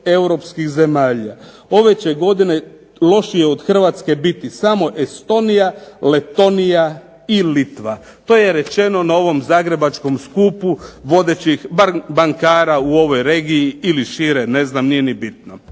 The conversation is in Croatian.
srednjoeuropskih zemalja. Ove će godine lošije od Hrvatske biti samo Estonija, Letonija i Litva. To je rečeno na ovom zagrebačkom skupu vodećih bankara u ovoj regiji ili šire. Ne znam, nije ni bitno.